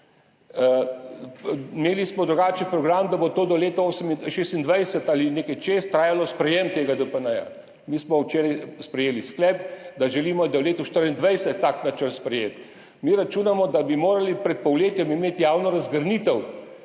Imeli smo drugačen program, da bo do leta 2026 ali nekaj čez trajalo sprejetje tega DPN, mi smo včeraj sprejeli sklep, da želimo, da je v letu 2024 tak načrt sprejet. Mi računamo, da bi morali pred polletjem imeti javno razgrnitev